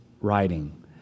writing